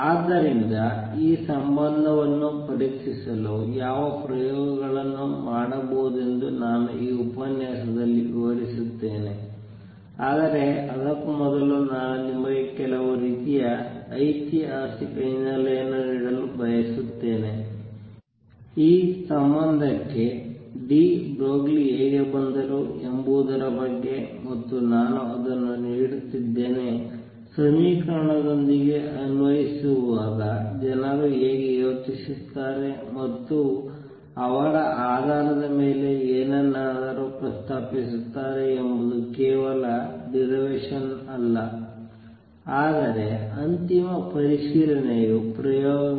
ಆದ್ದರಿಂದ ಈ ಸಂಬಂಧವನ್ನು ಪರೀಕ್ಷಿಸಲು ಯಾವ ಪ್ರಯೋಗಗಳನ್ನು ಮಾಡಬಹುದೆಂದು ನಾನು ಈ ಉಪನ್ಯಾಸದಲ್ಲಿ ವಿವರಿಸುತ್ತೇನೆ ಆದರೆ ಅದಕ್ಕೂ ಮೊದಲು ನಾನು ನಿಮಗೆ ಕೆಲವು ರೀತಿಯ ಐತಿಹಾಸಿಕ ಹಿನ್ನೆಲೆಯನ್ನು ನೀಡಲು ಬಯಸುತ್ತೇನೆ ಈ ಸಂಬಂಧಕ್ಕೆ ಡಿ ಬ್ರೊಗ್ಲಿ ಹೇಗೆ ಬಂದರು ಎಂಬುದರ ಬಗ್ಗೆ ಮತ್ತು ನಾನು ಅದನ್ನು ನೀಡುತ್ತಿದ್ದೇನೆ ಸಮೀಕರಣಗಳೊಂದಿಗೆ ಅನ್ವಯಿಸುವಾಗ ಜನರು ಹೇಗೆ ಯೋಚಿಸುತ್ತಾರೆ ಮತ್ತು ಅವರ ಆಧಾರದ ಮೇಲೆ ಏನನ್ನಾದರೂ ಪ್ರಸ್ತಾಪಿಸುತ್ತಾರೆ ಎಂಬುದು ಕೇವಲ ಡಿರವೇಷನ್ ಅಲ್ಲ ಆದರೆ ಅಂತಿಮ ಪರಿಶೀಲನೆಯು ಪ್ರಯೋಗಗಳಾಗಿವೆ